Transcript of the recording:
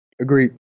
Agreed